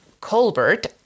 Colbert